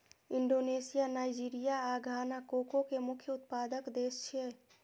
Indonesia, Nigeria आ Ghana cocoa के मुख्य उत्पादक देश छियै